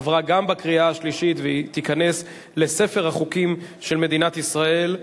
עברה גם בקריאה השלישית והיא תיכנס לספר החוקים של מדינת ישראל.